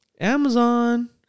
Amazon